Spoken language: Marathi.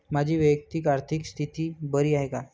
माझी वैयक्तिक आर्थिक स्थिती बरी आहे का?